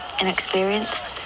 inexperienced